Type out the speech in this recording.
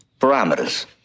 Parameters